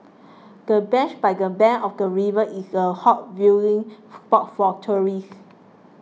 the bench by the bank of the river is a hot viewing spot for tourists